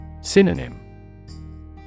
Synonym